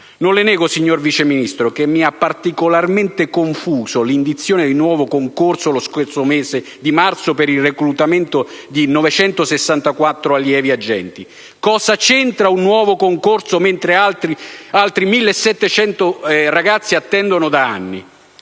Non le nego, signor Vice Ministro, che mi ha particolarmente confuso l'indizione di un nuovo concorso lo scorso mese di marzo per il reclutamento di 964 allievi agenti. Cosa c'entra un nuovo concorso, mentre altri 1.700 ragazzi attendono da anni?